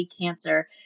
cancer